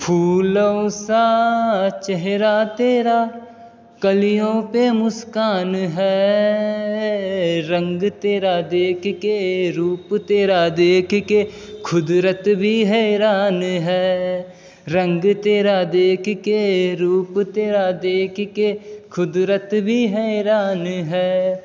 फूलों सा चेहरा तेरा कलियों पे मुस्कान है रंग तेरा देखके रूप तेरा देखके खुदरत भी हैरान है रंग तेरा देखके रूप तेरा देखके खुदरत भी हैरान है